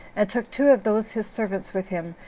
and took two of those his servants with him,